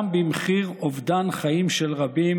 גם במחיר אובדן חיים של רבים,